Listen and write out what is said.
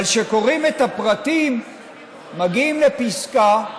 אבל כשקוראים את הפרטים מגיעים לפסקה,